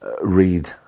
read